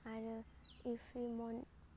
आरो